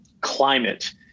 climate